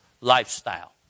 lifestyle